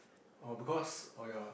oh because oh ya